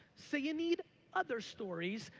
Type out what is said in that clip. so you need other stories.